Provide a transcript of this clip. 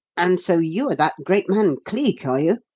and so you are that great man cleek, are you?